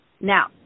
Now